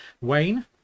Wayne